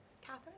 Catherine